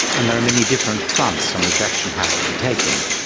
and there are many different fronts on which action has to be taken,